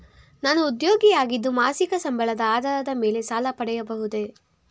ನಾನು ಉದ್ಯೋಗಿ ಆಗಿದ್ದು ಮಾಸಿಕ ಸಂಬಳದ ಆಧಾರದ ಮೇಲೆ ಸಾಲ ಪಡೆಯಬಹುದೇ?